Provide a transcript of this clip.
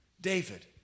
David